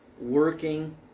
working